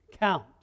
count